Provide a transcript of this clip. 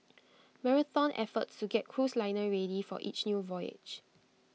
marathon effort to get cruise liner ready for each new voyage